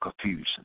confusion